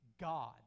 God